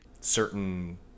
certain